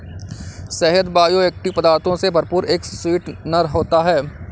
शहद बायोएक्टिव पदार्थों से भरपूर एक स्वीटनर होता है